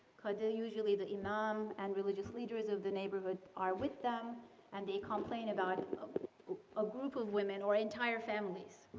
they're usually the imam and religious leaders of the neighborhood are with them and they complain about a group of women or entire families.